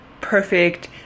perfect